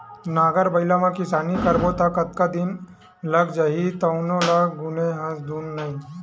नांगर बइला म किसानी करबो त कतका दिन लाग जही तउनो ल गुने हस धुन नइ